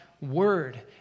word